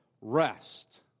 rest